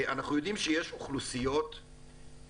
אנחנו יודעים שיש אוכלוסיות באזורים